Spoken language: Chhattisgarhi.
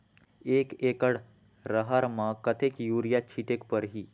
एक एकड रहर म कतेक युरिया छीटेक परही?